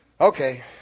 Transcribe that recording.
Okay